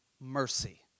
mercy